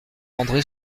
andré